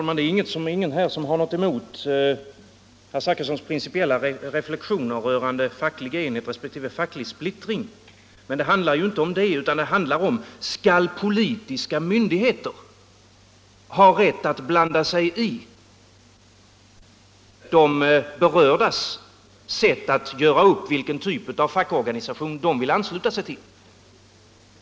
Herr talman! Det är ingen här som har någonting emot herr Zachrissons principiella reflexioner rörande facklig enhet resp. facklig splittring. Men det handlar ju inte om detta, utan om huruvida politiska myndigheter skall ha rätt att blanda sig i de berördas sätt att göra upp vilken typ av facklig organisation de vill ansluta sig till.